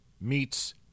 meets